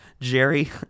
Jerry